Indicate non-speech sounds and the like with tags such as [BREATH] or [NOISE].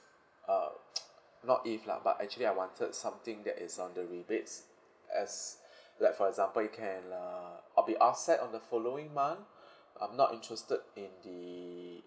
uh not if lah but actually I wanted something that is on the rebates as [BREATH] like for example you can uh I'll be offset on the following month [BREATH] I'm not interested in the